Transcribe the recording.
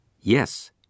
Yes